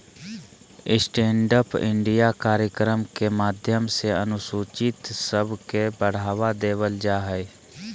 stand up India कार्यक्रम के माध्यम से अनुसूचित सब के बढ़ावा देवल जा हय